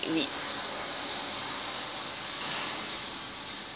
REITs